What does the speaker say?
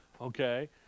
Okay